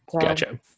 Gotcha